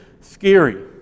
scary